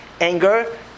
anger